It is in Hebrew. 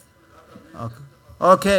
לא,